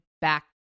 back